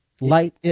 Light